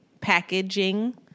packaging